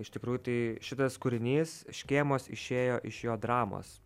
iš tikrųjų tai šitas kūrinys škėmos išėjo iš jo dramos